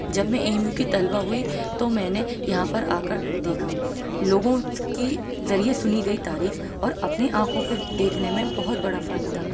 جب میں A M U کی طلبہ ہوئی تو میں نے یہاں پر آ کر دیکھا لوگوں کی ذریعے سنی گئی تعریف اور اپنے آنکھوں کے دیکھنے میں بہت بڑا فرق تھا